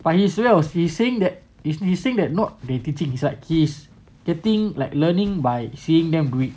but yesterday I was he saying that he is saying that not they teaching is like he's getting like learning by seeing them grip